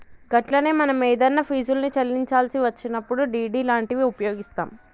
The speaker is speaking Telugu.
గట్లనే మనం ఏదన్నా ఫీజుల్ని చెల్లించాల్సి వచ్చినప్పుడు డి.డి లాంటివి ఉపయోగిస్తాం